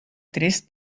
tres